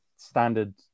Standard